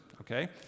okay